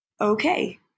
okay